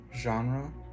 genre